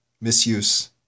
misuse